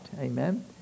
Amen